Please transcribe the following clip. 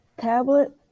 tablet